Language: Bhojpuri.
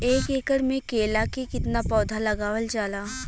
एक एकड़ में केला के कितना पौधा लगावल जाला?